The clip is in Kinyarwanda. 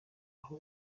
aho